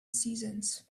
seasons